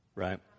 Right